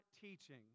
teaching